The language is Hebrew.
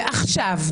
ועכשיו,